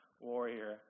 warrior